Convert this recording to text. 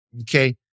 okay